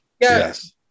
Yes